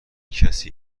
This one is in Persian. کسی